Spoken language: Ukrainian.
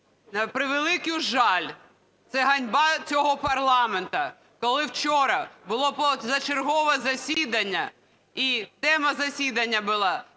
превеликий жаль, це ганьба цього парламенту, коли вчора було позачергове засідання і тема засідання була